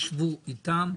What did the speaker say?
תשבו איתם,